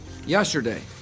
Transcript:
Yesterday